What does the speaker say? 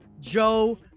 Joe